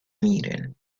meeting